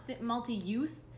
multi-use